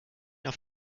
auf